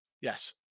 Yes